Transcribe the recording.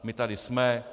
My tady jsme.